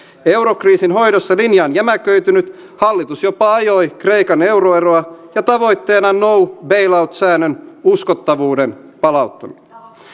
eurokriisin hoidossa linja on jämäköitynyt hallitus jopa ajoi kreikan euroeroa ja tavoitteena on no bail out säännön uskottavuuden palauttaminen